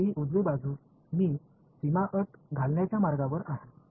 इथली ही उजवी बाजू मी सीमा अट घालण्याच्या मार्गावर आहे